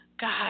God